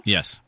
Yes